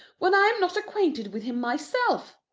when i am not acquainted with him myself.